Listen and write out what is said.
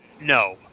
no